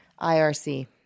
IRC